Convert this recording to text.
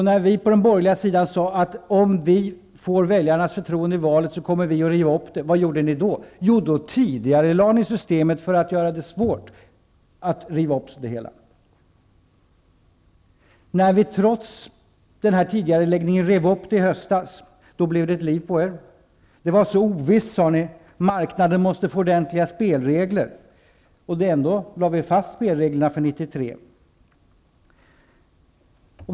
När vi på den borgerliga sidan sade att vi, om vi fick väljarnas förtroende i valet, skulle riva upp det beslutet, vad gjorde ni då? Jo, då tidigarelade ni systemet för att göra det svårt att riva upp. När vi trots tidigareläggningen rev upp det i höstas, blev det ett liv på er. Det var så ovisst, sade ni, och marknaden måste få ordentliga spelregler. Ändå lade vi fast spelreglerna för 1993.